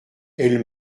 elle